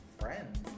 friends